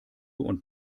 und